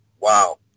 wow